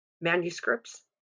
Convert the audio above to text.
manuscripts